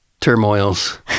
turmoils